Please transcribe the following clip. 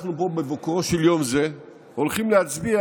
אנחנו פה בבוקרו של יום זה הולכים להצביע